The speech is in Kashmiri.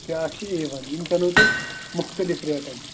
بیٛاکھ چھِ اے وَن یِم پٮ۪نو تۄہہِ مُختٔلِف ریٹَن